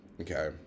okay